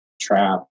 trap